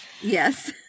yes